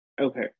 Okay